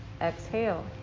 Exhale